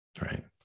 right